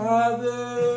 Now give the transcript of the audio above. Father